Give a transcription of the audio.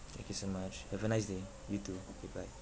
thank you so much have a nice day you too okay bye